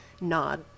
nod